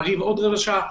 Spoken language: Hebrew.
מעריב עוד רבע שעה,